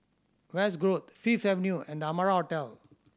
West Grove Fifth Avenue and The Amara Hotel